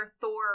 Thor